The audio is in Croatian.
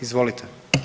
Izvolite.